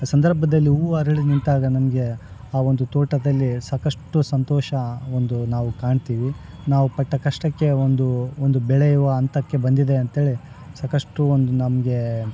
ಆ ಸಂದರ್ಭದಲ್ಲಿ ಹೂ ಅರಳಿ ನಿಂತಾಗ ನನಗೆ ಆ ಒಂದು ತೋಟದಲ್ಲಿ ಸಾಕಷ್ಟು ಸಂತೋಷ ಒಂದು ನಾವು ಕಾಣ್ತೀವಿ ನಾವು ಪಟ್ಟ ಕಷ್ಟಕ್ಕೆ ಒಂದು ಒಂದು ಬೆಳೆಯುವ ಹಂತಕ್ಕೆ ಬಂದಿದೆ ಅಂತ್ಹೇಳಿ ಸಾಕಷ್ಟು ಒಂದು ನಮಗೆ